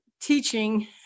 teaching